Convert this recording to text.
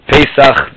Pesach